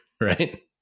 right